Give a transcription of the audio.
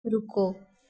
ਰੁਕੋ